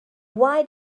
why